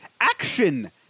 action